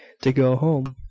to go home,